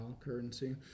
currency